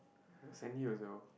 send me also